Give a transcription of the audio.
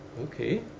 Okay